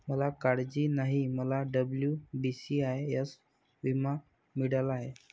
मला काळजी नाही, मला डब्ल्यू.बी.सी.आय.एस विमा मिळाला आहे